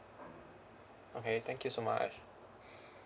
okay thank you so much